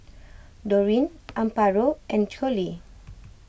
Dorine Amparo and Coley